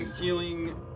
healing